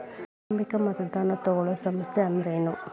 ಆರಂಭಿಕ್ ಮತದಾನಾ ತಗೋಳೋ ಸಂಸ್ಥಾ ಅಂದ್ರೇನು?